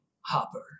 Hopper